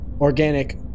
organic